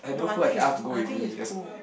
no I think is I think is cool